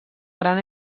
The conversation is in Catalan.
gran